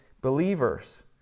believers